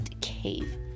cave